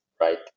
right